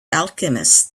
alchemist